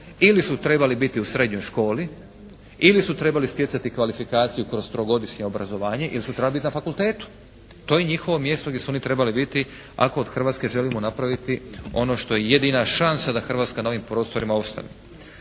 Ili su trebali biti u srednjoj školi ili su trebali stjecati kvalifikaciju kroz trogodišnje obrazovanje ili su trebali biti na fakultetu. To je njihovo mjestu gdje su oni trebali biti ako od Hrvatske želimo napraviti ono što je jedina šansa da Hrvatska na ovim prostorima ostane.